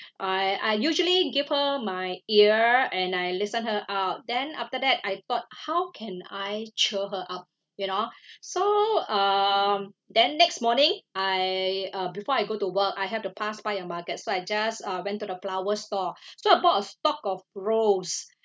I I usually give her my ear and I listen her out then after that I thought how can I cheer her up you know so um then next morning I uh before I go to work I have to pass by a market so I just uh went to the flower store so I bought a stock of rose